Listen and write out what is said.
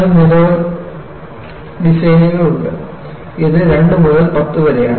നിങ്ങൾ നിരവധി ഡിസൈനുകൾ ഉണ്ട് ഇത് 2 മുതൽ 10 വരെയാണ്